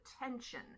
attention